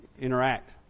interact